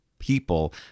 People